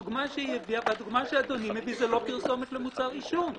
הדוגמה שהיא הביאה והדוגמה שאדוני מביא זה לא פרסומת למוצר עישון.